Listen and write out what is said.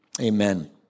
amen